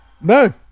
no